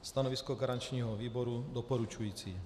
Stanovisko garančního výboru doporučující.